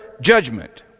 judgment